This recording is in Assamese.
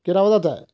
কেইটা বজাত যায়